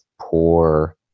poor